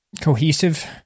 Cohesive